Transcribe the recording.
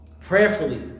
prayerfully